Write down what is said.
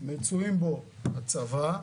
מצויים בו הצבא,